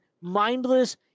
mindless